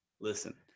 listen